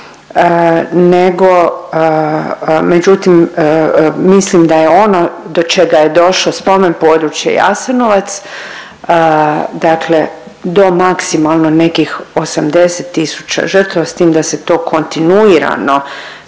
nego, međutim mislim da je ono do čega je došlo Spomen područje Jasenovac dakle do maksimalno nekih 80 tisuća žrtava s tim da se to kontinuirano